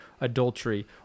adultery